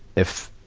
if,